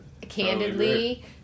Candidly